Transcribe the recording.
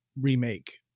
remake